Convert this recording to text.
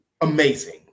amazing